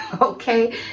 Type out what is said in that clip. okay